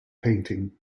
painting